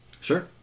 Sure